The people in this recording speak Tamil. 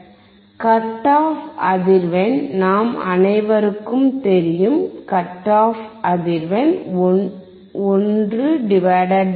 கட் ஆஃப் அதிர்வெண் நாம் அனைவருக்கும் தெரியும் கட் ஆஃப் அதிர்வெண் 1 2πRC